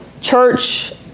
church